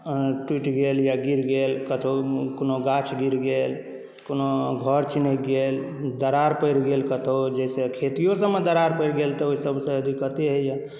टूटि गेल या गिर गेल कतहु कोनो गाछ गिर गेल कोनो घर चिनकि गेल दरार पड़ि गेल कतहु जाहिसँ खेतिओसभमे दरार पड़ि गेल तऽ ओहिसभसँ दिक्कते होइए